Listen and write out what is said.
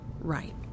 Right